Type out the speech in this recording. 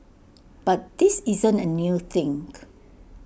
but this isn't A new thing